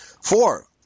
Four